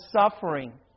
suffering